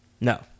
No